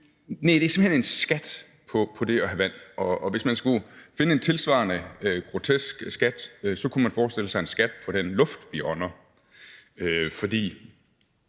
Næh, det er simpelt hen en skat på det at have vand. Hvis man skulle finde en tilsvarende grotesk skat, kunne man forestille sig en skat på den luft, vi indånder, for